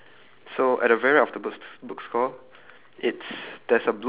okay from the very right of the bookstore okay I'm gonna start from the bookstore